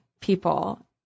people